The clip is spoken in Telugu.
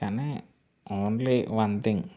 కానీ ఓన్లీ వన్ థింగ్